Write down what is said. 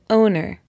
owner